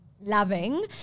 loving